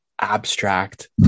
abstract